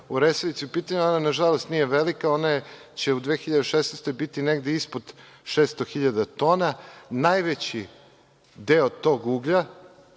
u Resavici u pitanju, ona nažalost nije velika, ona će u 2016. godini biti negde ispod 600.000 tona. Najveći deo tog uglja,